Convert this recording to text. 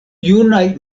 junaj